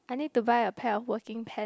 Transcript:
I need to buy a pair of working pant